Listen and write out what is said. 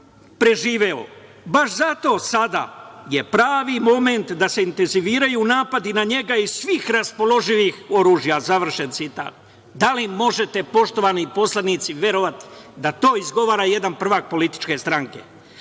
preživeo i baš zato sada je pravi moment da se intenziviraju napadi na njega iz svih raspoloživih oružja.“ Da li možete, poštovani poslanici, verovati da to izgovara jedan prvak političke stranke? Šta